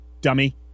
dummy